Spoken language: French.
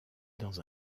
dans